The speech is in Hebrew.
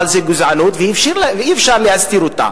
אבל זה גזענות, ואי-אפשר להסתיר אותה,